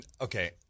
Okay